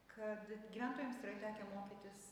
kad gyventojams yra tekę mokytis